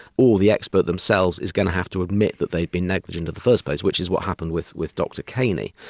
or the expert themselves is going to have to admit that they've been negligent in the first place, which is what happened with with dr kaney.